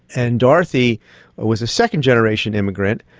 and dorothy was a second-generation immigrant,